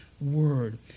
word